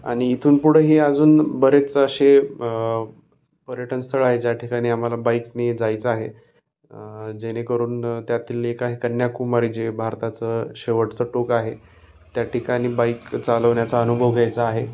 आणि इथून पुढंही अजून बरेच असे पर्यटनस्थळ आहे ज्या ठिकाणी आम्हाला बाईकनी जायचं आहे जेणेकरून त्यातले एक आहे कन्याकुमारी जे भारताचं शेवटचं टोक आहे त्या ठिकाणी बाईक चालवण्या्चा अनुभव घ्यायचा आहे